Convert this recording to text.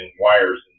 wires